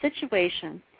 situation